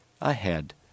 ahead